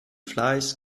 fleiß